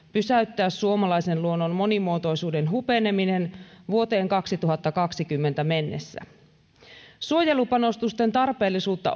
pysäyttää suomalaisen luonnon monimuotoisuuden hupeneminen vuoteen kaksituhattakaksikymmentä mennessä suojelupanostusten tarpeellisuutta